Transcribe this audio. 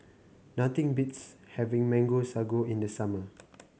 nothing beats having Mango Sago in the summer